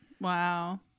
Wow